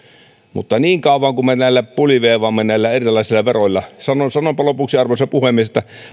mutta niin kauan kuin me puliveivaamme näillä erilaisilla veroilla sanonpa lopuksi arvoisa puhemies että